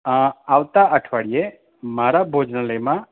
આ આવતા અઠવાડિયે મારા ભોજનાલયમાં